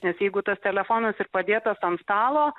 nes jeigu tas telefonas ir padėtas ant stalo